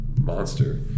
monster